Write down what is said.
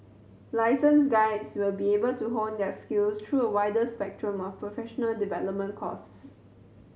licensed guides will be able to hone their skills through a wider spectrum of professional development courses